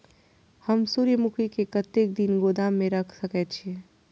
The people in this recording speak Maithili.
हम सूर्यमुखी के कतेक दिन गोदाम में रख सके छिए?